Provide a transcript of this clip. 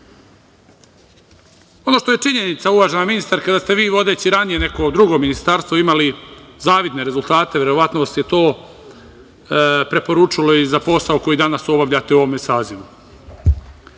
ono što je činjenica, uvažena ministarka, da ste vi, vodeći ranije neko drugo ministarstvo, imali zavidne rezultate i verovatno vas je to preporučilo i za posao koji danas obavljate u ovom sazivu. Pre